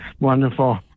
Wonderful